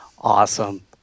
Awesome